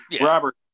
Robert